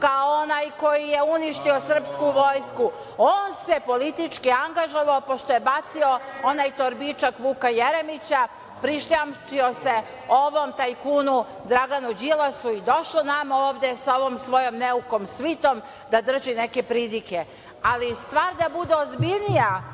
kao onaj ko je uništio srpsku vojsku, on se politički angažovao, pošto je bacio onaj torbičak Vuka Jeremića, prišljamčio se ovom tajkunu Draganu Đilasu i došao nama ovde sa ovom svojom neukom svitom da drži neke pridike. Ali, stvar da bude ozbiljnija,